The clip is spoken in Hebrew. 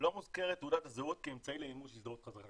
מוזכרת תעודת הזהות כאמצעי למימוש הזדהות חזקה,